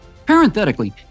Parenthetically